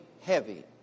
heavy